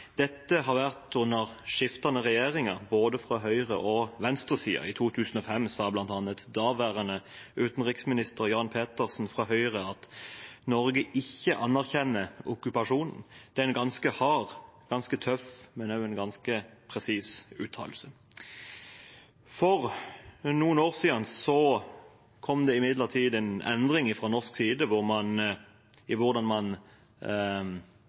Dette har skjedd under skiftende regjeringer, både fra høyre- og venstresiden. I 2005 sa bl.a. daværende utenriksminister Jan Petersen fra Høyre at Norge ikke anerkjente okkupasjonen. Det er en ganske hard, ganske tøff, men også ganske presis uttalelse. For noen år siden kom det imidlertid en endring fra norsk side i hvordan man omtalte konflikten. Ordet «okkupert» ble i